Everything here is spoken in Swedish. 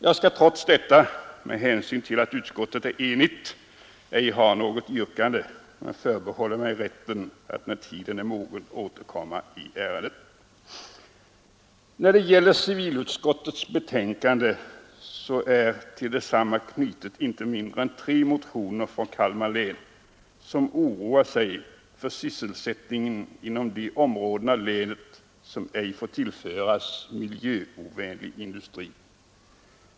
Jag skall trots detta med hänsyn till att utskottet är enigt ej framställa något yrkande men förbehåller mig rätten att när tiden är mogen återkomma i ärendet. I civilutskottets betänkande behandlas inte mindre än tre motioner från Kalmar län i vilka uttrycks oro för sysselsättningen inom de områden av länet som ej får tillföras miljöovänlig industri.